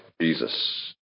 Jesus